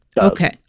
Okay